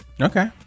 Okay